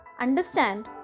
understand